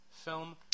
Film